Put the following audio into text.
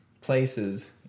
places